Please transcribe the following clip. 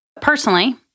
Personally